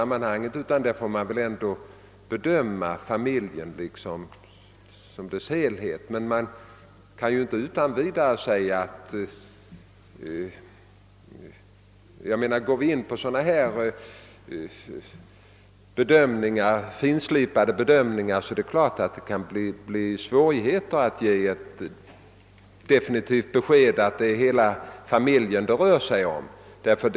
Man får bedöma familjen som helhet. Om vi går in på sådana här finslipade bedömningar kan det givetvis uppstå svårigheter att definitivt avgöra om det rör sig om hela familjen eller enbart brukaren.